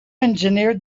engineered